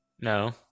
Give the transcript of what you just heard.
No